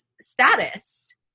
status